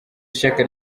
shyaka